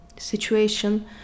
situation